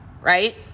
right